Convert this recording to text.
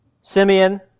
Simeon